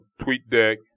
TweetDeck